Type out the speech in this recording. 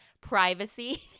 privacy